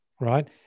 right